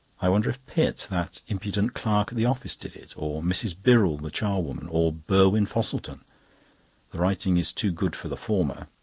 i wonder if pitt, that impudent clerk at the office, did it? or mrs. birrell, the charwoman, or burwin-fosselton? the writing is too good for the former.